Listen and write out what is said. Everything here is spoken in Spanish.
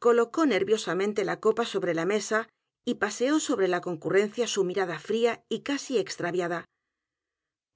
colocó nerviosamente la copa sobre la mesa y paseó sobre la concurrencia su mirada fría y casi extraviada